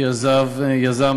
קריאה